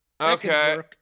Okay